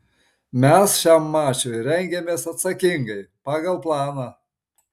mes šiam mačui rengiamės atsakingai pagal planą